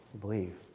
believe